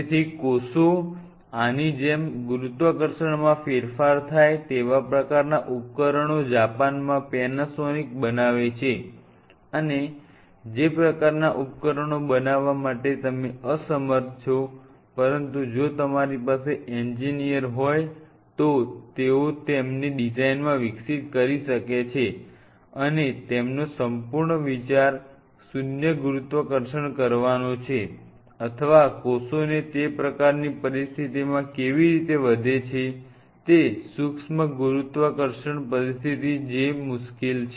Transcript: તેથી કોષો આની જેમ ગુરુત્વાકર્ષણમાં ફેરફાર થાય તેવા પ્રકારના ઉપકરણો જાપાનમાં પેનાસોનિક બનાવે છે અને જે પ્રકારના ઉપકરણો બનાવવા માટે તમે અસમર્થ છો પરંતુ જો તમારી પાસે એન્જિનિયર હોય તો તેઓ તેમની ડિઝાઇનમાં વિકસિત કરી શકે છે અને તેમનો સંપૂર્ણ વિચાર શૂન્ય ગુરુત્વાકર્ષણ કરવાનો છે અથવા કોષો તે પ્રકારની પરિસ્થિતિમાં કેવી રીતે વધે છે તે સૂક્ષ્મ ગુરુત્વાકર્ષણ પરિસ્થિતિ જે મુશ્કેલ છે